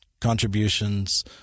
contributions